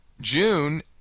June